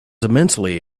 immensely